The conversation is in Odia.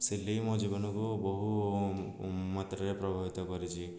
ସିଲେଇ ମୋ ଜୀବନକୁ ବହୁ ମାତ୍ରାରେ ପ୍ରଭାବିତ କରିଛି